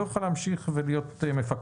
לא יכול להמשיך להיות מפקח.